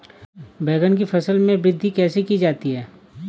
बैंगन की फसल में वृद्धि कैसे की जाती है?